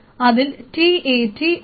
അതിൽ t a t ഒക്കെ